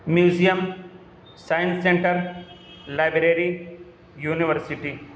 museum science centre library university